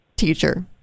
teacher